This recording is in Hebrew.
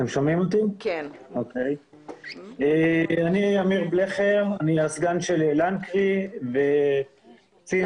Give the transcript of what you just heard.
אני אמיר בלכר ואני הסגן של לנקרי וקצין